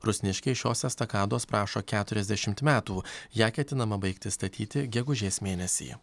rusniškiai šios estakados prašo keturiasdešimt metų ją ketinama baigti statyti gegužės mėnesį